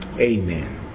Amen